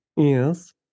Yes